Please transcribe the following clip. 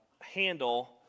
handle